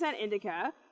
indica